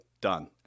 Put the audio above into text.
done